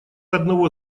одного